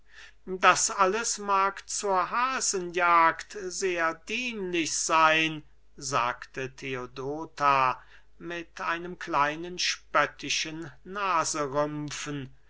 das alles mag zur hasenjagd sehr dienlich seyn sagte theodota mit einem kleinen spöttischen